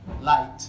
light